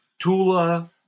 Tula